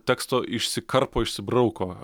teksto išsikarpo išsibrauko